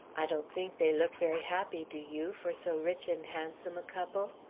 i don't think they look very happy, do you, for so rich and handsome a couple?